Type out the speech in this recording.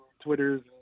Twitters